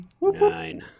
nine